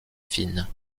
fine